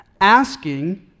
asking